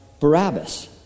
Barabbas